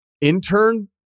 Intern